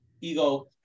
ego